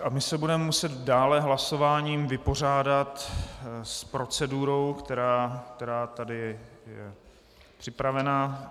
My se budeme muset dále hlasováním vypořádat s procedurou, která tady je připravena.